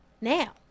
now